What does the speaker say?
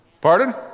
Pardon